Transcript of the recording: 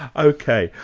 ok.